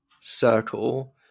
circle